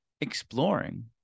exploring